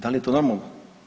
Da li je to normalno?